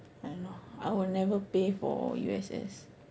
I don't know I would never pay for U_S_S